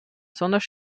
besonders